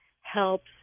helps